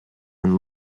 and